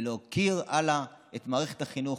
ולהוקיר את מערכת החינוך,